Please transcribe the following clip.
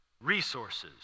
resources